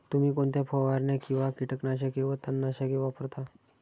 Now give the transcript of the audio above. तुम्ही कोणत्या फवारण्या किंवा कीटकनाशके वा तणनाशके वापरता?